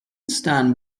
stand